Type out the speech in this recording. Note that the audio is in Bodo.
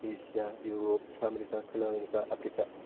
एसिया इउर'प साहा आमेरिका खोला आमेरिका आफ्रिका